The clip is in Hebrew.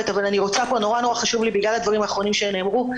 מאוד חשוב לי, בגלל הדברים האחרונים שנאמרו,